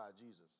Jesus